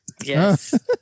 yes